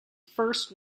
first